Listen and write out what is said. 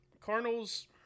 Cardinals